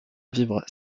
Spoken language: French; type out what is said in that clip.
vivre